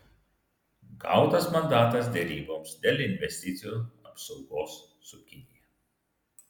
gautas mandatas deryboms dėl investicijų apsaugos su kinija